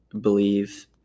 believe